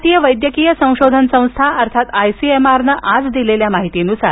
भारतीय वैद्यकीय संशोधन संस्था अर्थात आयसीएमआरनं आज दिलेल्या माहितीनुसार